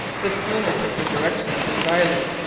the schooner took the direction of this island,